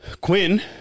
Quinn